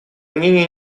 мнение